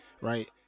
right